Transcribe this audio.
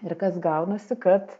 ir kas gaunasi kad